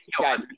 guys